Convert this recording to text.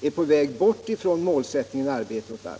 är på väg bort från målsättningen arbete åt alla?